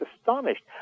astonished